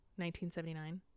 1979